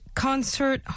concert